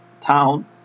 town